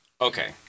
Okay